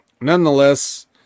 nonetheless